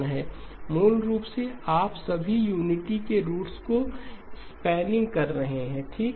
मूल रूप से आप सभी यूनिटी के रूट्स को स्पैनिंग कर रहे हो ठीक